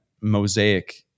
mosaic